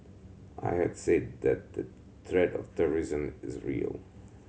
I had said that the threat of terrorism is real